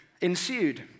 ensued